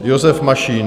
Josef Mašín.